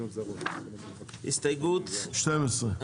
הסתייגות --- 12.